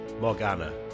Morgana